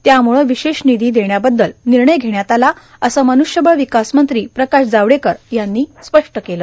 त्याम्ळ विशेष निधी देण्याबद्दल निर्णय घेण्यात आला असं मनुष्यबळ विकास मंत्री प्रकाश जावडेकर यांनी स्पष्ट केलं